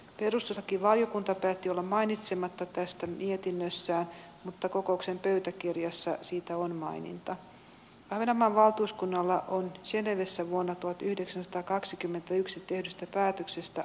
perustuslakivaliokunta päätti olla mainitsematta tästä mietinnössään jag ska inte trötta ut er med mer uppräkningar men en sak är säker